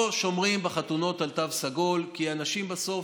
לא שומרים בחתונות על תו סגול, כי אנשים בסוף,